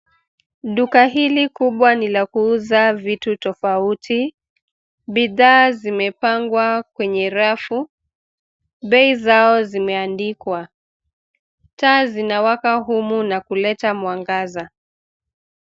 Duka hili kubwa ni la kuuza vitu tofauti, bidhaa zimepangwa kwenye rafu, bei zao zimeandikwa, taa zinawaka humu na kuleta mwangaza.